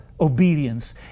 obedience